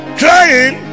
crying